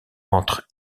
entrent